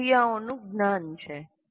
તે ક્રિયાઓનું જ્ઞાન છે